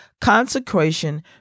consecration